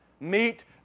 Meet